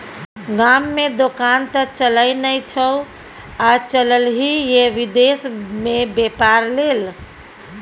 गाममे दोकान त चलय नै छौ आ चललही ये विदेश मे बेपार लेल